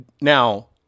Now